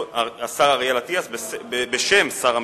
השר אריאל אטיאס, בשם שר המשפטים.